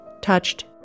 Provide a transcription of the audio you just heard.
touched